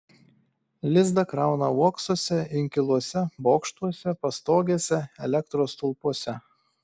lizdą krauna uoksuose inkiluose bokštuose pastogėse elektros stulpuose